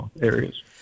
areas